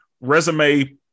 resume